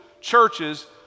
churches